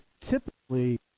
typically